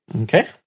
Okay